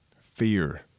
Fear